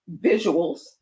visuals